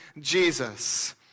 Jesus